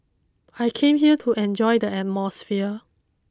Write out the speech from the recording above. I came here to enjoy the atmosphere